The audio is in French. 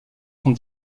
sont